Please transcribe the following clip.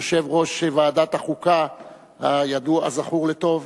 יושב-ראש ועדת החוקה הזכור לטוב,